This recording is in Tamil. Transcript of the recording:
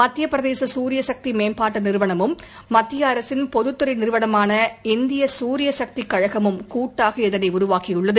மத்தியபிரதேச சூரிய சக்தி மேம்பாட்டு நிறுவனமும் மத்திய அரசின் பொதுத்துறை நிறுவனமான இந்திய சூரிய சக்தி கழகமும் கூட்டாக இதனை உருவாக்கியுள்ளது